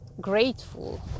grateful